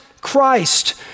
Christ